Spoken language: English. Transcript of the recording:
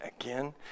again